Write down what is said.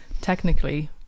technically